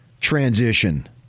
transition